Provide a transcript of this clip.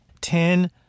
Ten